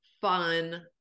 fun